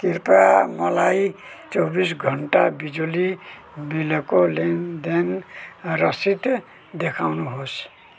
कृपया मलाई चौबिस घण्टा बिजुली बिलको लेनदेन रसिद देखाउनुहोस्